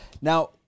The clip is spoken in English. Now